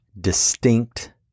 distinct